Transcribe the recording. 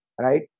right